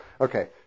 Okay